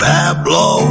Pablo